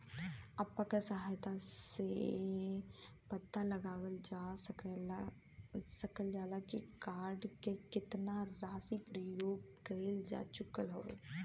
app के सहायता से पता लगावल जा सकल जाला की कार्ड से केतना राशि प्रयोग कइल जा चुकल हउवे